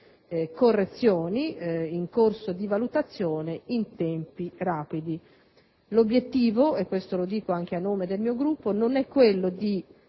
correzioni in corso di valutazione. L'obiettivo, e lo dico anche a nome del mio Gruppo, non è quello di